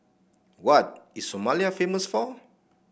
what is Somalia famous for